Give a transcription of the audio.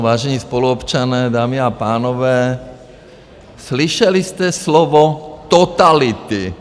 Vážení spoluobčané, dámy a pánové, slyšeli jste slovo totality.